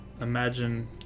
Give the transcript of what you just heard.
Imagine